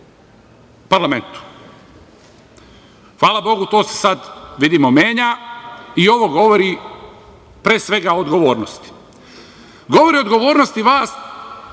parlamentu. Hvala Bogu, to se sada, vidimo, menja i ovo govori o, pre svega, odgovornosti. Govori o odgovornosti vas